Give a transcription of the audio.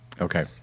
Okay